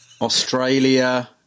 Australia